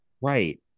right